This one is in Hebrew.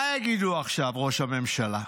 מה יגיד עכשיו ראש הממשלה?